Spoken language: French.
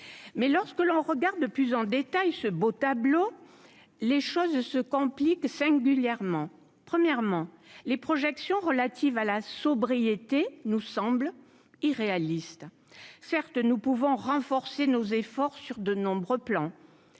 mais lorsque l'on regarde de plus en détail ce beau tableau, les choses se compliquent singulièrement premièrement les projections relatives à la sobriété nous semble irréaliste, certes nous pouvons renforcer nos efforts sur de nombreux plans